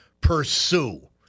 pursue